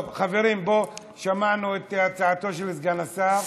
טוב, חברים, בואו, שמענו את הצעתו של סגן השר.